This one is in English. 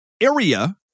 area